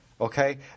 Okay